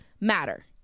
matter